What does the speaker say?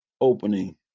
opening